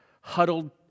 huddled